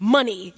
Money